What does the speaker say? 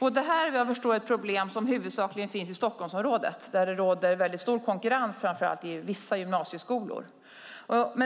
Jag har förstått att detta är ett problem som finns framför allt i Stockholmsområdet, där det råder stor konkurrens till vissa gymnasieskolor.